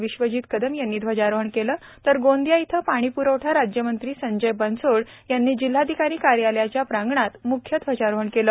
विश्वजीत कदम यांनी ध्वजारोहण केले तर गोंदीया येथे पाणी प्रवठा राज्यमंत्री संजय बन्सोडे यांनी जिल्हाधिकारी कार्यालयाच्या प्रांगणात म्ख्य ध्वजारोहण केले